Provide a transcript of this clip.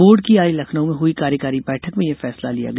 board की आज लखनऊ में हई कार्यकारी बैठक में यह फैसला लिया गया